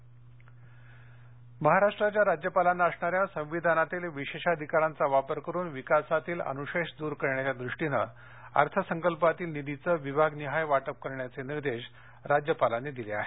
अनुशेष निर्देश केळकर महाराष्ट्राच्या राज्यपालांना असणाऱ्या संविधानातील विशेषाधिकारांचा वापर करून विकासातील अनुशेष दूर करण्याच्या दृष्टीनं अर्थसंकल्पातील निधीचं विभागनिहाय वाटप करण्याचे निर्देश राज्यपालांनी दिले आहेत